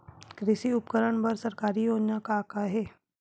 कृषि उपकरण बर सरकारी योजना का का हे?